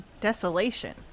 desolation